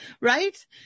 Right